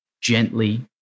gently